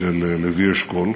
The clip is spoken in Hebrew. של לוי אשכול,